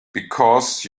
because